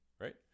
right